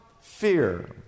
fear